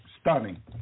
Stunning